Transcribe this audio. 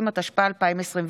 30), התשפ"א 2021,